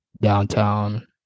downtown